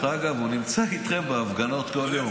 דרך אגב, הוא נמצא איתכם בהפגנות בכל יום.